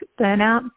burnout